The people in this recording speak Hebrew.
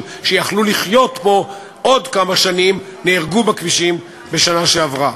שיכלו לחיות פה עוד כמה שנים נהרגו בכבישים בשנה שעברה.